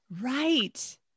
Right